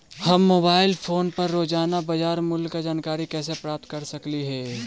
हम mobile phone पर रोजाना बाजार मूल्य के जानकारी कैसे प्राप्त कर सकली हे?